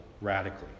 radically